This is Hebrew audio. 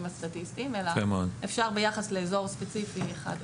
הסטטיסטיים אלא אפשר ביחס לאזור ספציפי אחד.